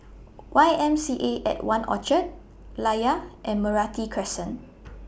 Y M C A At one Orchard Layar and Meranti Crescent